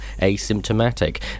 asymptomatic